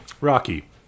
Rocky